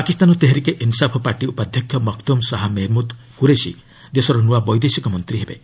Pakistan Tehreek-e Insaf party ଉପାଧ୍ୟକ୍ଷ ମଖ୍ଦୁମ୍ ଶାହା ମେହେମୁଦ୍ କୁରେସି ଦେଶର ନୂଆ ବୈଦେଶିକ ମନ୍ତ୍ରୀ ହେବେ